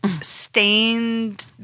stained